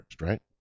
right